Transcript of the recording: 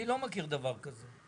אני לא מכיר דבר כזה.